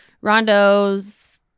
Rondo's